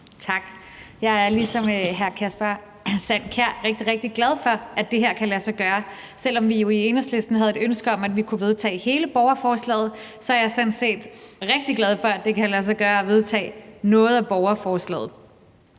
Tak. Jeg er ligesom hr. Kasper Sand Kjær rigtig, rigtig glad for, at det her kan lade sig gøre. Selv om vi jo i Enhedslisten havde et ønske om, at vi kunne vedtage hele borgerforslaget, er jeg sådan set rigtig glad for, at det kan lade sig gøre at vedtage noget af borgerforslaget.